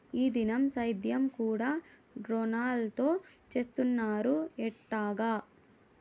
ఈ దినం సేద్యం కూడ డ్రోన్లతో చేస్తున్నారు ఎట్టాగా